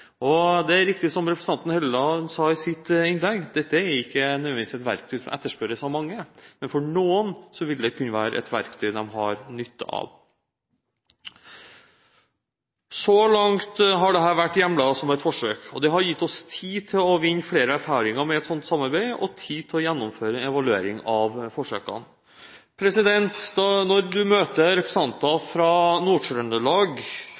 Og det er riktig, som representanten Helleland sa i sitt innlegg, at dette ikke nødvendigvis er et verktøy som etterspørres av mange, men for noen vil det kunne være et verktøy de har nytte av. Så langt har dette vært hjemlet som et forsøk, og det har gitt oss tid til å vinne flere erfaringer med et slikt samarbeid og tid til å gjennomføre en evaluering av forsøkene. Når en møter representanter